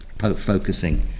focusing